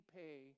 pay